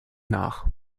nach